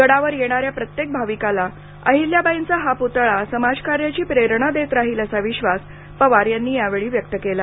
गडावर येणाऱ्या प्रत्येक भाविकाला अहिल्याबाईचा हा पूतळा समाजकार्याची प्रेरणा देत राहील असा विश्वास पवार यांनी यावेळी व्यक्त केला